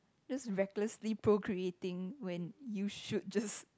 just recklessly procreating when you should just